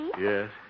Yes